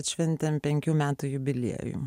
atšventėm penkių metų jubiliejų